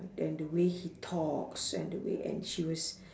then the way he talks and the way and she was